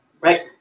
right